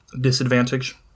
Disadvantage